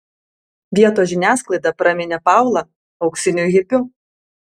vietos žiniasklaida praminė paulą auksiniu hipiu